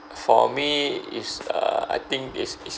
for me is err I think is is